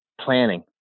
planning